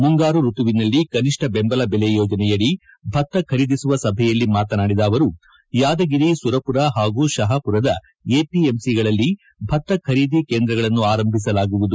ಮುಂಗಾರು ಋತುವಿನಲ್ಲಿ ಕನಿಷ್ಠ ಬೆಂಬಲ ಬೆಲೆ ಯೋಜನೆಯಡಿ ಭತ್ತ ಖರೀದಿಸುವ ಸಭೆಯಲ್ಲಿ ಮಾತನಾಡಿದ ಅವರು ಯಾದಗಿರಿ ಸುರಮರ ಪಾಗೂ ಶಹಾಮರದ ಎಪಿಎಂಸಿಗಳಲ್ಲಿ ಭತ್ತ ಖರೀದಿ ಕೇಂದ್ರಗಳನ್ನು ಆರಂಭಿಸಲಾಗುವುದು